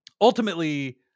ultimately